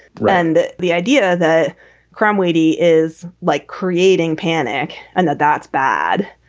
and the idea that crame wady is like creating panic and that that's bad.